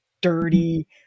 dirty